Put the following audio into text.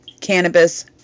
cannabis